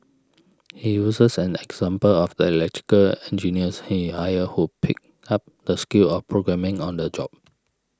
he uses an example of the electrical engineers he hired who picked up the skill of programming on the job